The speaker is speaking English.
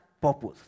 purpose